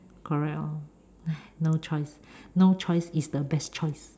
correct lor !hais! no choice no choice is the best choice